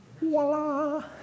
Voila